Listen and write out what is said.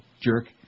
Jerk